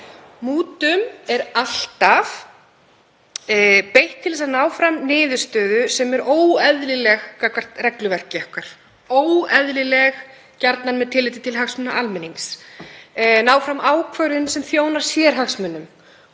Mútum er alltaf beitt til að ná fram niðurstöðu sem er óeðlileg gagnvart regluverki okkar, óeðlileg gjarnan með tilliti til hagsmuna almennings, til ná fram ákvörðun sem þjónar sérhagsmunum